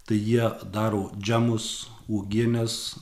tai jie daro džemus uogienes